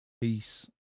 Peace